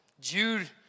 Jude